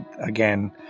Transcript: again